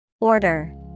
Order